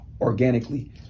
organically